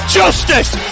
justice